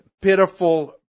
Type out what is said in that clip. pitiful